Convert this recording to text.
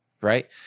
right